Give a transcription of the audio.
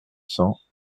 cents